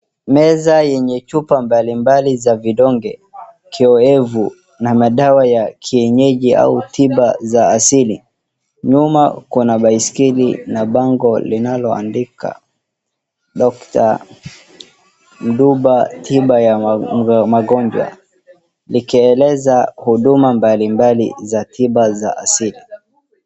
Meza yenye chupa mbali mbali za vidonge choevu na madawa ya kienyeji au tiba za kiasili. Nyuma kuna baiskeli na bango linaloandika Dr. Mduba tiba ya magonjwa. Likieleza huduma mbalimbali za tiba za asili.